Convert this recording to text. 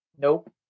Nope